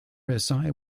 rsi